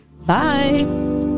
Bye